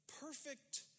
perfect